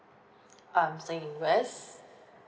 I'm staying in west